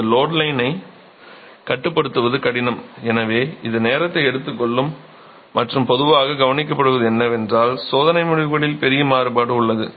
இந்த லோட் லைனை கட்டுப்படுத்துவது கடினம் எனவே இது நேரத்தை எடுத்துக்கொள்ளும் மற்றும் பொதுவாக கவனிக்கப்படுவது என்னவென்றால் சோதனை முடிவுகளில் பெரிய மாறுபாடு உள்ளது